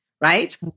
right